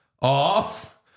off